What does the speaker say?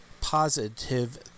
positive